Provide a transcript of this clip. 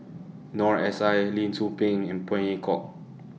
Noor S I Lee Tzu Pheng and Phey Yew Kok